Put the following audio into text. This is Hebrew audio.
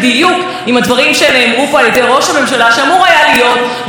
איזה אטימות יכולה להיות בנאום של ראש ממשלה,